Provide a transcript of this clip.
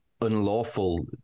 unlawful